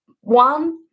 one